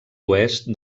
oest